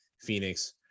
Phoenix